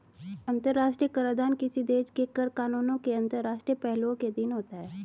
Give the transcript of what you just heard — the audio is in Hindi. अंतर्राष्ट्रीय कराधान किसी देश के कर कानूनों के अंतर्राष्ट्रीय पहलुओं के अधीन होता है